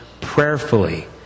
prayerfully